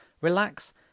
relax